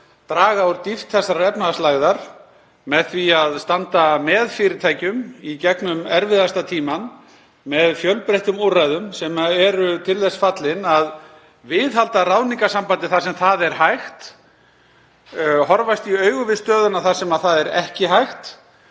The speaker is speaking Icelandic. draga úr dýpt þessarar efnahagslægðar með því að standa með fyrirtækjum í gegnum erfiðasta tímann með fjölbreyttum úrræðum sem eru til þess fallin að viðhalda ráðningarsambandi þar sem það er hægt, horfast í augu við stöðuna þar sem það er ekki hægt,